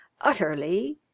utterly